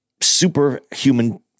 superhuman